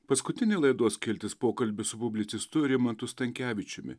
paskutinė laidos skiltis pokalbis su publicistu rimantu stankevičiumi